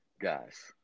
guys